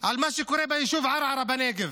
על מה שקורה ביישוב ערערה בנגב: